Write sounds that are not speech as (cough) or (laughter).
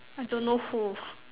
I don't know who (breath)